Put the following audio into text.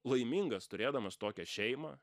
laimingas turėdamas tokią šeimą